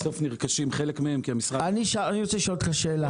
בסוף נרכשות חלק מהן כי המשרד --- אני רוצה לשאול אותך שאלה.